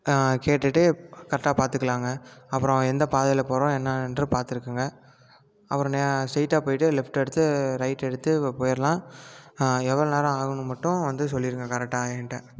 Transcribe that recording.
கேட்டுவிட்டு கரெக்டாக பார்த்துக்குலாங்க அப்புறம் எந்த பாதையில் போகறோம் என்ன என்று பார்த்திருக்கங்க அப்புறம் நே ஸ்டெயிட்டாக போயிவிட்டு லெஃப்ட் எடுத்து ரைட்டு எடுத்து போயிடலாம் எவ்வளோ நேரம் ஆகுன்னு மட்டும் வந்து சொல்லிவிடுங்க கரெக்டாக ஏன்கிட்ட